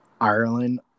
Ireland